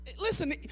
Listen